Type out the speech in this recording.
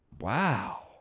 Wow